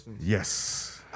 yes